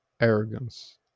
arrogance